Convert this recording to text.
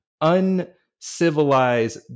uncivilized